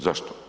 Zašto?